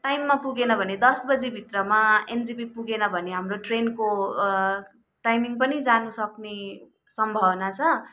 टाइममा पुगेन भने दस बजीभित्रमा एनजेपी पुगेन भने हाम्रो ट्रेनको टाइमिङ पनि जानु सक्ने सम्भावना छ